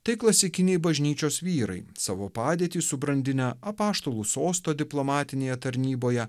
tai klasikiniai bažnyčios vyrai savo padėtį subrandinę apaštalų sosto diplomatinėje tarnyboje